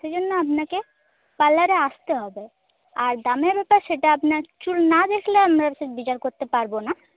সেই জন্য আপনাকে পার্লারে আসতে হবে আর দামের ব্যাপার সেটা আপনার চুল না দেখলে আমরা তো বিচার করতে পারব না